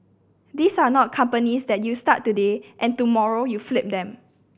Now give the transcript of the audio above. these are not companies that you start today and tomorrow you flip them